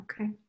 okay